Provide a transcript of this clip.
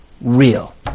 real